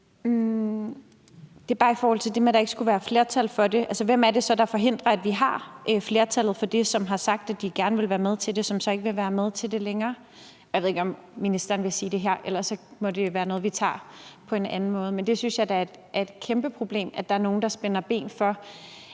Det er bare i forhold til det med, at der ikke skulle være flertal for det. Altså, hvem er det så, der forhindrer, at vi har flertallet for det, som har sagt, at de gerne ville være med til det, som så ikke vil være med til det længere? Jeg ved ikke, om ministeren vil sige det her, ellers må det være noget, vi tager på en anden måde. Men jeg synes da, det er et kæmpeproblem, at der er nogle, der spænder ben for,